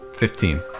Fifteen